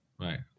Right